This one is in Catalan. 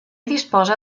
disposa